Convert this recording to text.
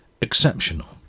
exceptional